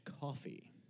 coffee